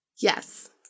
Yes